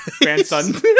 grandson